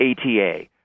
ATA